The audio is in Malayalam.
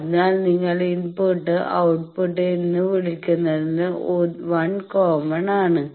അതിനാൽ നിങ്ങൾ ഇൻപുട്ട് ഔട്ട്പുട്ട് എന്ന് വിളിക്കുന്നതിൽ 1 കോമൺ ആണ്